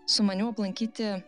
sumaniau aplankyti